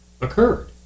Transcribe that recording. occurred